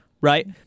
right